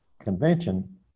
convention